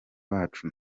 bacu